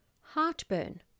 Heartburn